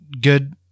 good